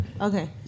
Okay